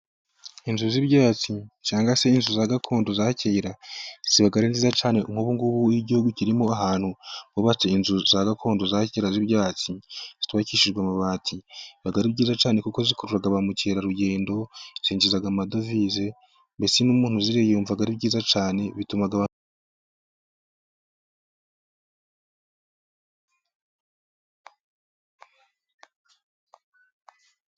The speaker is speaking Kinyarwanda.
Inzu z'ibyatsi cyangwa se inzu za gakondo za kera, ziba ari nziza cyane. Nkubungubu igihugu kirimo ahantu bubatse inzu za gakondo za kera z'ibyatsi zitubakishijwe amabati, biba ari byiza cyane, kuko zikurura ba mukerarugendo zikinjiza amadovize. Ndetse n'umuntu uzirimo yumva ari byiza cyane.